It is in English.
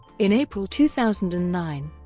in april two thousand and nine,